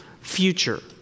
Future